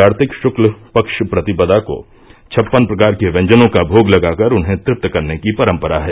कार्तिक शुक्ल पक्ष प्रतिपदा को छप्पन प्रकार के व्यंजनों का भोग लगाकर उन्हें तृप्त करने की परम्परा है